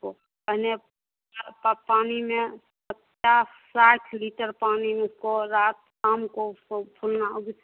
उसको सामने का पानी में पचास साठ लीटर पानी में उसको रात शाम को उसको फूलना